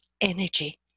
energy